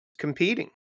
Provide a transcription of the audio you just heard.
competing